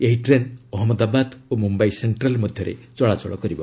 ଏହି ଟ୍ରେନ୍ ଅହମ୍ମଦାବାଦ ଓ ମ୍ରମ୍ୟାଇ ସେଣ୍ଟ୍ରାଲ ମଧ୍ୟରେ ଚଳାଚଳ କରିବ